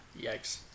yikes